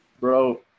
Bro